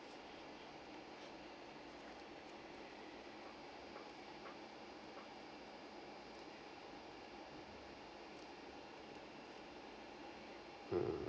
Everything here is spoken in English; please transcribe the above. mm